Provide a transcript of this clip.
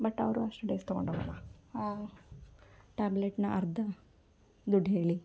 but ಅವರು ಅಷ್ಟು days ತೊಗೊಂಡೋಗಲ್ಲ ಟ್ಯಾಬ್ಲೆಟ್ನ ಅರ್ಧ ದುಡ್ಡು ಹೇಳಿ